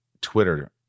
twitter